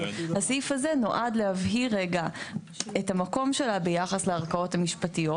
הסעיף הזה נועד להבהיר רגע את המקום שלה ביחס לערכאות המשפטיות.